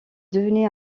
devenue